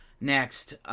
Next